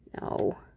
No